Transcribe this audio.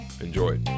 Enjoy